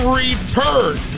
return